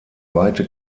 weite